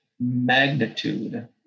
magnitude